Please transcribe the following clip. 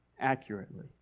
accurately